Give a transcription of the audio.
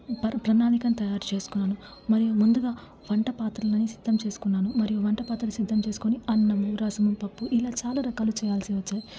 per ప్రణాళికను తయారుచేసుకున్నాను మరియు ముందుగా వంట పాత్రలని సిద్ధం చేసుకున్నాను మరియు వంట పాత్రలని సిద్ధం చేసుకొని అన్నం రసము పప్పు ఇలా చాలా రకాలు చేయాల్సి వచ్చాయి